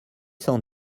cent